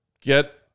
get